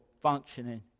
functioning